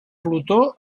plutó